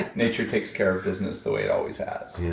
nature takes care of business the way it always has.